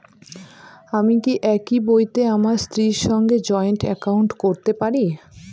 আমি কি একই বইতে আমার স্ত্রীর সঙ্গে জয়েন্ট একাউন্ট করতে পারি?